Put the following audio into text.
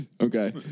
Okay